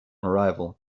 arrival